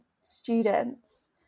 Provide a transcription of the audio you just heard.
students